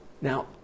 Now